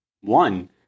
One